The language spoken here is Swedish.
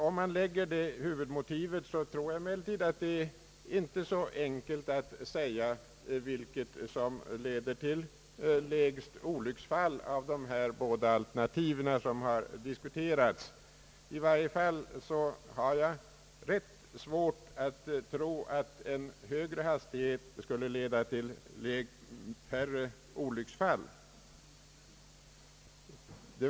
Om man utgår från det huvudmotivet tror jag emellertid, att det inte är så enkelt att säga vilket av de båda alternativ som diskuterats som leder till lägsta antalet olycksfall. I varje fall har jag rätt svårt att tro att en högre hastighet skulle leda till färre olycksfall.